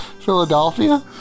Philadelphia